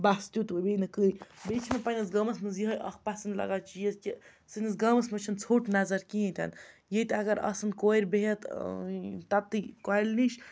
بَس تیُتُے بیٚیہِ نہٕ کٕہۭنۍ بیٚیہِ چھِ مےٚ پنٛنِس گامَس منٛز یِہوٚے اَکھ پَسنٛد لَگان چیٖز کہِ سٲنِس گامَس منٛز چھِنہٕ ژھوٚٹ نَظر کِہیٖنۍ تہِ نہٕ ییٚتہِ اگر آسَن کورِ بِہِتھ تٔتی کۄلہِ نِش